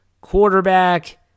quarterback